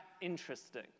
interesting